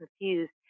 confused